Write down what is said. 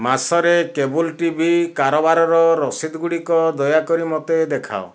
ମାସରେ cable TV କାରବାରର ରସିଦ ଗୁଡ଼ିକ ଦୟାକରି ମୋତେ ଦେଖାଅ